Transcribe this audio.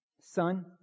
Son